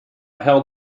held